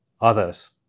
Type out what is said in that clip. others